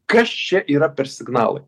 kas čia yra per signalai